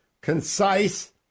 concise